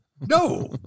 no